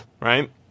right